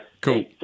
Cool